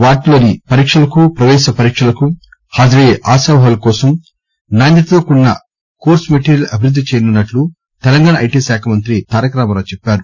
వివిధ కేంద్ర విద్యాసంస్దల పరీక్షలకు పవేశ పరీక్షలకు హాజరయ్యే ఆశావహుల కోసం నాణ్యతతో కూడిన కోర్సు మెటీరియల్ అభివృద్ధి చేయనున్నట్టు తెలంగాణ ఐటి శాఖ మంత్రి తారక రామారావు చెప్పారు